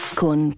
con